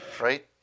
right